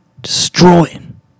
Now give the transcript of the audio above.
destroying